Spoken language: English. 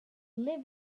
live